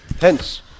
Hence